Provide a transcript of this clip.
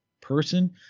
person